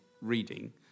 reading